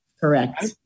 Correct